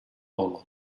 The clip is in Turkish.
olmadı